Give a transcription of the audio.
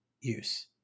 use